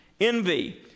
envy